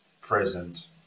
present